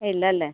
ഇല്ല അല്ലേ